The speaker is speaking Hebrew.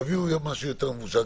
תביאו מה שיותר מבושל,